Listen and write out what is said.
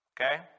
okay